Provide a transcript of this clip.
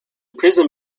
prison